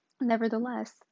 Nevertheless